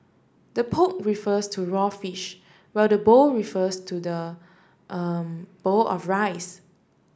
the poke refers to raw fish while the bowl refers to the er bowl of rice